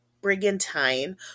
brigantine